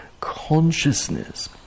consciousness